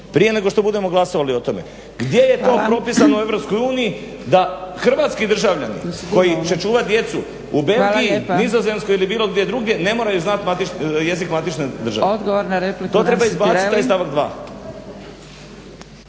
prije nego budemo glasovali o tome. Gdje je to propisano u EU da hrvatski državljani koji će čuvati djecu u Belgiji, Nizozemskoj ili bilo gdje druge, ne moraju znati jezik matične države. To treba izbaciti